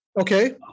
Okay